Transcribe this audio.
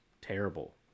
terrible